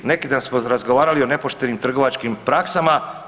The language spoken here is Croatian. Neki dan smo razgovarali o nepoštenim trgovačkim praksama.